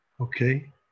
Okay